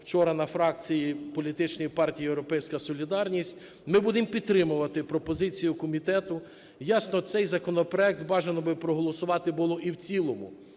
вчора на фракції політичної партії "Європейська солідарність", ми будемо підтримувати пропозицію комітету. Ясно, цей законопроект бажано би проголосувати було і в цілому.